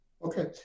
Okay